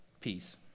peace